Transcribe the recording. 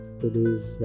today's